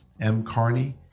mcarney